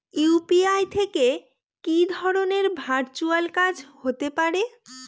UPI থেকে কি ধরণের ভার্চুয়াল কাজ হতে পারে?